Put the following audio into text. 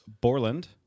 Borland